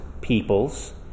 peoples